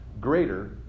greater